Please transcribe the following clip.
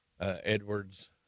Edwards